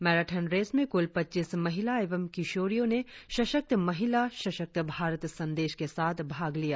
marathon race में कुल पच्चीस महिला एवं किशोरियों ने सशक्त महिला सशक्त भारत संदेश के साथ भाग लिया